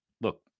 Look